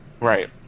Right